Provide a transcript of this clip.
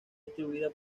distribuida